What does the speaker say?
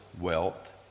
wealth